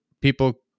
people